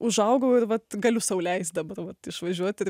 užaugau ir vat galiu sau leist dabar vat išvažiuot ir